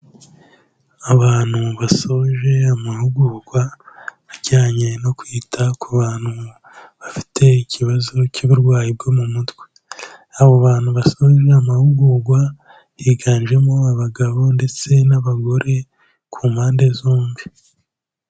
Abantu basoje amahugurwa, ajyanye no kwita ku bantu bafite ikibazo cy'uburwayi bwo mu mutwe, abo bantu basoje amahugurwa, higanjemo abagabo ndetse n'abagore ku mpande zombi.